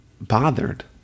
bothered